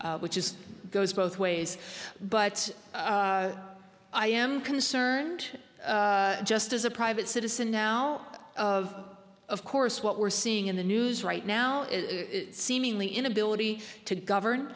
which is goes both ways but i am concerned just as a private citizen now of of course what we're seeing in the news right now is seemingly inability to govern